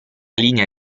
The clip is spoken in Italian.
linea